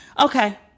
Okay